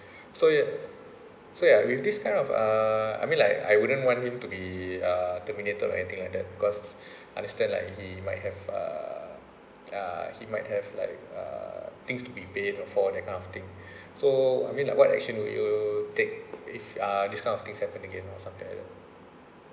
so ya so ya with this kind of uh I mean like I wouldn't want him to be uh terminated or anything like that because understand like he might have uh uh he might have like uh things to be paid for that kind of thing so I mean like what action will you take if uh this kind of thing happen again or something like that